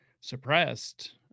suppressed